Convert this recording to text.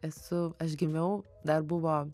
esu aš gimiau dar buvo